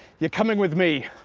you're coming with me.